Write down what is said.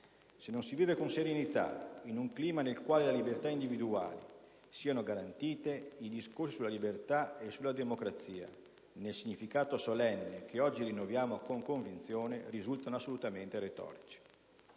se non si vive con serenità e in un clima nel quale le libertà individuali siano garantite, i discorsi sulla libertà e sulla democrazia, nel significato solenne che oggi rinnoviamo con convinzione, risultano assolutamente retorici.